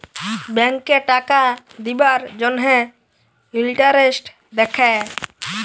ব্যাংকে টাকা দিবার জ্যনহে ইলটারেস্ট দ্যাখে